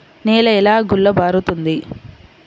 నేల ఎలా గుల్లబారుతుంది?